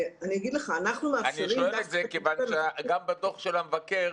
אני שואל על זה מכיוון שגם בדוח המבקר